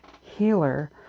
healer